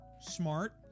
smart